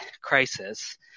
crisis